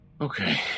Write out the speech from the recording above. Okay